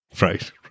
Right